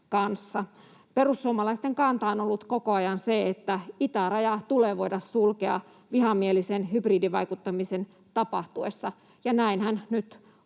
Perussuomalaisten kanta on ollut koko ajan se, että itäraja tulee voida sulkea vihamielisen hybridivaikuttamisen tapahtuessa, ja näinhän nyt